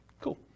Cool